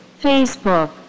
facebook